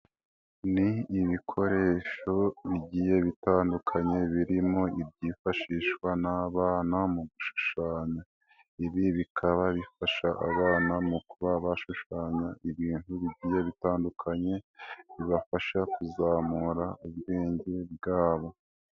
Ni ibikoresho bigiye bitandukanye birimo ibyifashishwa n'abana mu gushushanya, ibi bikaba bifasha abana mu kuba bashushanya ibintu bigiye bitandukanye bibafasha kuzamura ubwenge bwabo.